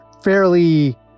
fairly